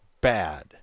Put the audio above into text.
bad